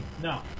No